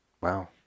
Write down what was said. Wow